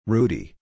Rudy